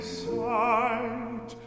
sight